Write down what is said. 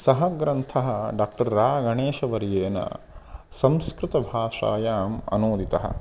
सः ग्रन्थः डाक्टर् रा गणेशवर्येण संस्कृतभाषायाम् अनूदितः